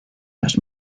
los